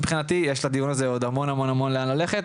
מבחינתי, יש לדיון הזה עוד המון לאן ללכת.